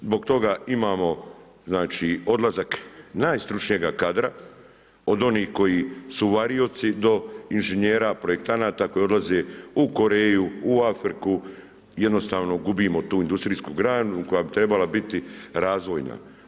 Zbog toga imamo odlazak najstručnijega kadra, od onih koji su varioci, do inženjera, projektanata, koji odlaze u Koreju, u Afriku, jednostavno gubimo tu industrijsku granu, koja bi trebala biti razvojna.